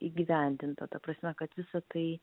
įgyvendinta ta prasme kad visa tai